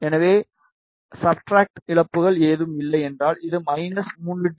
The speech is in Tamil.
எனவே சப்ஸ்ட்ராட்டில் இழப்புகள் ஏதும் இல்லை என்றால் அது 3 டி